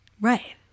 Right